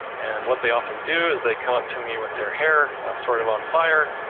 and what they often do is they come up to me with their hair sort of on fire,